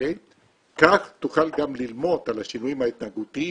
כך תוכל גם ללמוד על השינויים ההתנהגותיים,